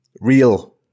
real